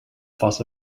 fuss